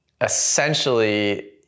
essentially